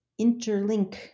interlink